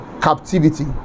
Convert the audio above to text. captivity